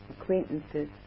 acquaintances